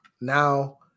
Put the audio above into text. now